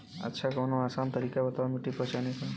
अच्छा कवनो आसान तरीका बतावा मिट्टी पहचाने की?